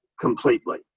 completely